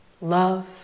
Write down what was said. Love